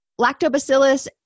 Lactobacillus